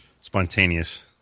Spontaneous